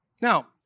Now